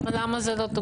למה זה לא תוקצב?